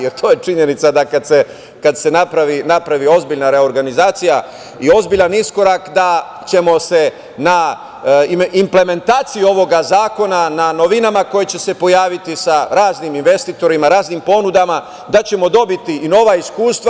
Jer, to je činjenica, da kad se napravi ozbiljna reorganizacija i ozbiljan iskorak, da ćemo se na implementaciji ovog zakona, na novinama koje će se pojaviti sa raznim investitorima, raznim ponudama, da ćemo dobiti i nova iskustva.